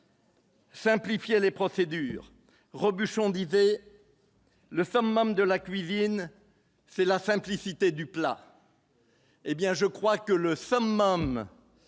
Simplifier les procédures, Robuchon, disait le même de la cuisine, c'est la simplicité du plat. Eh bien je crois que le summum